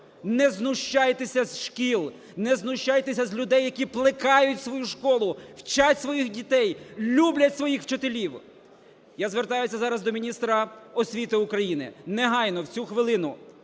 Не знущайтеся з шкіл. Не знущайтеся з людей, які плекають свою школу, вчать своїх дітей, люблять своїх вчителів. Я звертаюсь зараз до міністра освіти України. Негайно, в цю хвилину,